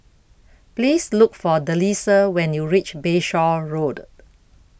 Please Look For Delisa when YOU REACH Bayshore Road